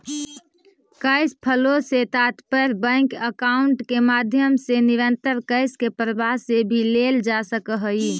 cash flow से तात्पर्य bank account के माध्यम से निरंतर कैश के प्रवाह से भी लेल जा सकऽ हई